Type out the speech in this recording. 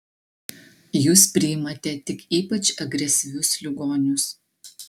jūs priimate tik ypač agresyvius ligonius